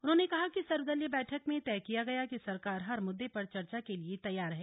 उन्होंने कहा कि सर्वदलीय बैठक में तय किया गया कि सरकार हर मुद्दे पर चर्चा के लिए तैयार है